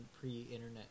pre-internet